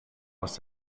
aus